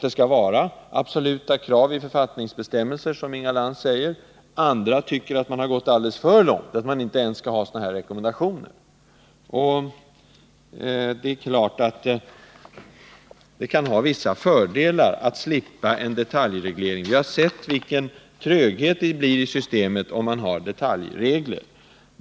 Det skall vara absoluta krav i författningsbestämmelser, som Inga Lantz säger. Andra tycker att man har gått alldeles för långt. Man bör inte ens ha sådana här rekommendationer. Det är klart att det kan ha vissa fördelar att slippa en detaljreglering. Vi har sett hur trögt systemet blir om man har detaljregler.